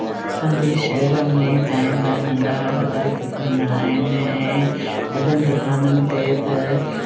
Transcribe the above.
असांजे शहर में चांहि जा नंढा वॾा दुकान आहिनि ऐं वॾनि दुकाननि ते त